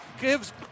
gives